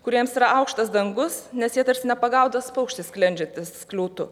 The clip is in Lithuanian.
kuriems yra aukštas dangus nes jie tarsi nepagautas paukštis sklendžiatis skliautu